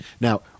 Now